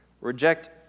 reject